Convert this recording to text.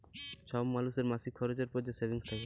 ছব মালুসের মাসিক খরচের পর যে সেভিংস থ্যাকে